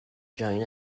join